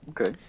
Okay